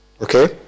Okay